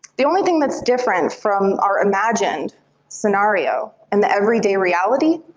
the only thing that's different from our imagined scenario and the everyday reality